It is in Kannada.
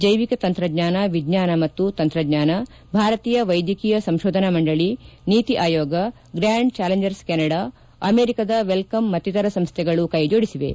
ಜೈವಿಕ ತಂತ್ರಜ್ಞಾನ ವಿಜ್ಞಾನ ಮತ್ತು ತಂತ್ರಜ್ಞಾನ ಭಾರತೀಯ ವೈದ್ಯಕೀಯ ಸಂಶೋಧನ ಮಂಡಳಿ NITI Aayog grand challengers Canada ಅಮೆರಿಕದ ವೆಲ್ಕಂ ಮತ್ತಿತರ ಸಂಶೋಗಳು ಕೈ ಜೋಡಿಸಿವೆ